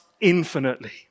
infinitely